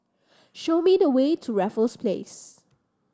show me the way to Raffles Place